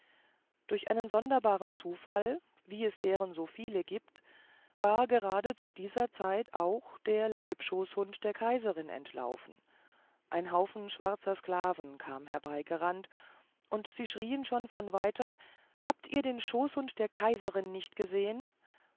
durch einen sonderbaren zufall wie es deren so viele gibt war gerade zu dieser zeit auch der leibschoßhund der kaiserin entlaufen ein haufe schwarzer sklaven kam herbeigerannt und sie schrieen schon von weitem habt ihr den schoßhund der kaiserin nicht gesehen